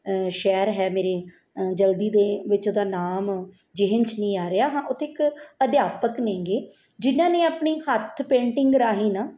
ਸ਼ਹਿਰ ਹੈ ਮੇਰੇ ਜਲਦੀ ਦੇ ਵਿੱਚ ਉਹਦਾ ਨਾਮ ਜਿਹਨ 'ਚ ਨਹੀਂ ਆ ਰਿਹਾ ਹਾਂ ਉੱਥੇ ਇੱਕ ਅਧਿਆਪਕ ਹੈਗੇ ਜਿਹਨਾਂ ਨੇ ਆਪਣੀ ਹੱਥ ਪੇਂਟਿੰਗ ਰਾਹੀਂ ਨਾ